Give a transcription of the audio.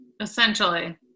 Essentially